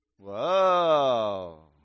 Whoa